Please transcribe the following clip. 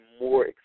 more